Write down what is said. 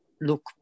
look